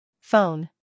Phone